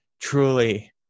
Truly